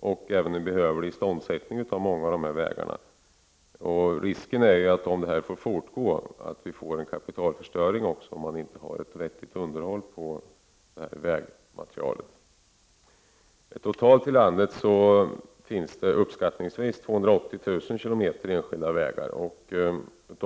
och även en behövlig iståndsättning av många vägar. Risken är att det om detta får fortgå blir en kapitalförstöring, dvs. om man inte har ett vettigt underhåll av vägmaterialet. Det finns uppskattningsvis totalt 280000 km enskilda vägar.